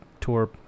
tour